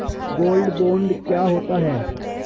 Gold bond क्या होता है?